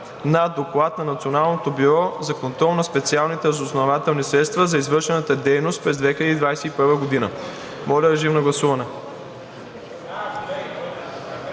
– Доклад на Националното бюро за контрол на специалните разузнавателни средства за извършената дейност през 2021 г. Моля, режим на гласуване.